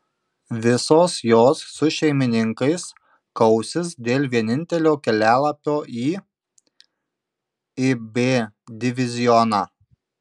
visos jos su šeimininkais kausis dėl vienintelio kelialapio į ib divizioną